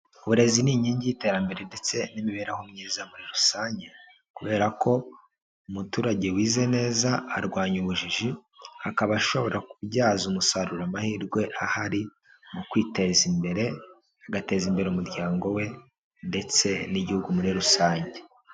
Uburezi ni inkingi y'iterambere ndetse n'imibereho myiza muri rusange kubera ko umuturage wize neza arwanya ubujiji, akaba ashobora kubyaza umusaruro amahirwe ahari mu kwiteza imbere, agateza imbere umuryango we ndetse n'Igihugu muri rusange.